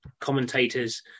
commentators